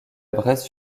bresse